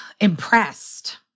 impressed